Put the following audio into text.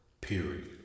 period